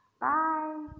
Bye